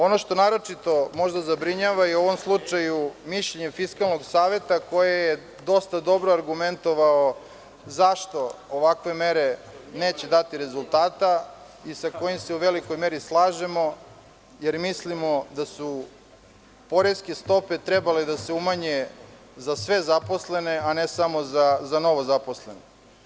Ono što naročito zabrinjava je mišljenje Fiskalnog saveta koje je dosta dobro argumentovao zašto ovakve mere neće dati rezultata i sa kojim se, u velikoj meri, slažemo, jer mislimo da su poreske stope trebale da se umanje za sve zaposlene, a ne samo za novozaposlene.